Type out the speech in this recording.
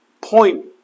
point